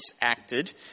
acted